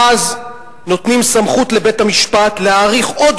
ואז נותנים סמכות לבית-המשפט להאריך עוד